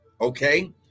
okay